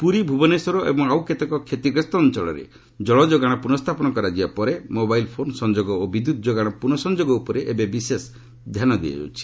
ପୁରୀ ଭୁବନେଶ୍ୱର ଏବଂ ଆଉ କେତେକ କ୍ଷତିଗ୍ରସ୍ତ ଅଞ୍ଚଳରେ ଜଳଯୋଗାଣ ପୁନଃସ୍ଥାପନ କରାଯିବା ପରେ ମୋବାଇଲ ଫୋନ୍ ସଂଯୋଗ ଓ ବିଦ୍ୟୁତ୍ ଯୋଗାଣ ପୁନଃ ସଂଯୋଗ ଉପରେ ଏବେ ବିଶେଷ ଧ୍ୟାନ ଦିଆଯାଉଛି